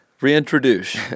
Reintroduce